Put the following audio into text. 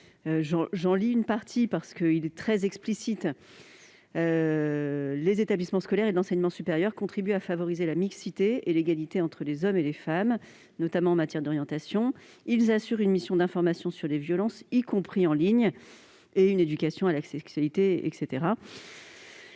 de le citer, car il est très explicite : les établissements scolaires et de l'enseignement supérieur « contribuent à favoriser la mixité et l'égalité entre les hommes et les femmes, notamment en matière d'orientation » et « assurent une mission d'information sur les violences, y compris en ligne, et une éducation à la sexualité ».